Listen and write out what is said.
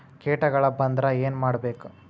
ಕೇಟಗಳ ಬಂದ್ರ ಏನ್ ಮಾಡ್ಬೇಕ್?